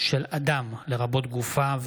של אדם לרבות גופה,